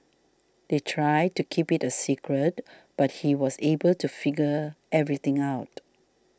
they tried to keep it a secret but he was able to figure everything out